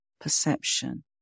perception